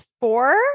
four